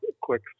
quick